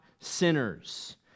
Sinners